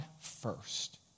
first